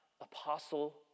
apostle